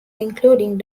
including